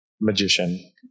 magician